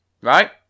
right